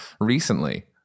recently